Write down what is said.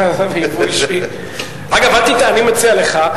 אני מציע לך,